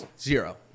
Zero